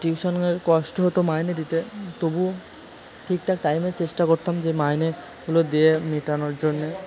টিউশনের কষ্ট হতো মাইনে দিতে তবু ঠিকঠাক টাইমে চেষ্টা করতাম যে মাইনেগুলো দিয়ে মেটানোর জন্যে